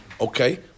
Okay